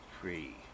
free